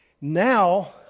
Now